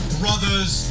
brother's